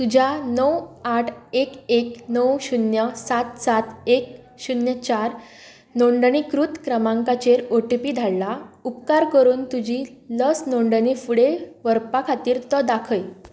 तुज्या णव आठ एक एक णव शुन्य सात सात एक शुन्य चार नोंदणीकृत क्रमांकाचेर ओटीपी धाडला उपकार करून तुजी लस नोंदणी फुडें व्हरपा खातीर तो दाखय